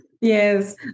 Yes